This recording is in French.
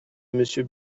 monsieur